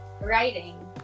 writing